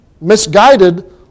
misguided